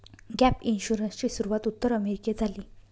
gap इन्शुरन्सची सुरूवात उत्तर अमेरिकेत झाली